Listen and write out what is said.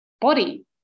body